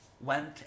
Went